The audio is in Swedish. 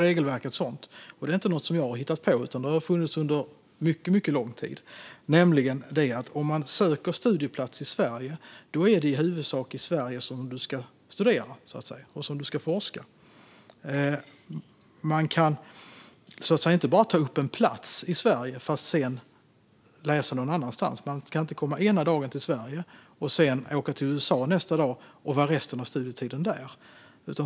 Regelverket är inte något som jag har hittat på, utan det har funnits under mycket lång tid: Söker du studieplats i Sverige är det i huvudsak i Sverige som du ska studera eller forska. Man kan inte bara ta upp en plats i Sverige för att sedan läsa någon annanstans. Man kan inte komma till Sverige ena dagen och sedan åka till USA nästa dag och vara där resten av studietiden.